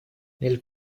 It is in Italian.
nel